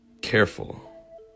careful